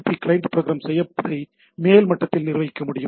B client program செய்வதை மேல் மட்டத்தில் நிர்வகிக்க முடியும்